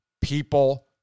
people